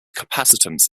capacitance